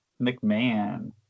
McMahon